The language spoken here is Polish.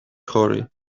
chory